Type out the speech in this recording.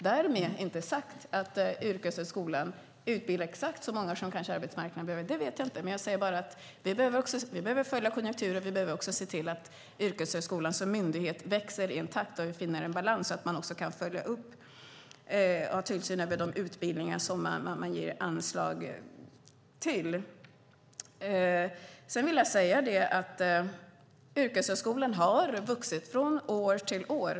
Därmed inte sagt att yrkeshögskolan utbildar exakt så många som arbetsmarknaden behöver; det vet jag inte. Jag säger bara att vi behöver följa konjunkturen och också se till att yrkeshögskolan som myndighet växer i en sådan takt att vi finner en balans och kan följa upp och ha tillsyn över de utbildningar som det ges anslag till. Yrkeshögskolan har vuxit från år till år.